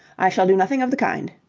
i shall do nothing of the kind,